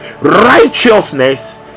righteousness